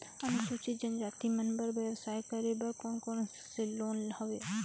अनुसूचित जनजाति मन बर व्यवसाय करे बर कौन कौन से लोन हवे?